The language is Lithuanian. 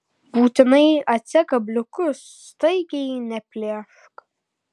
būtinai atsek kabliukus staigiai neplėšk